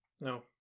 no